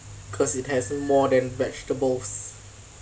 cause it has more than vegetables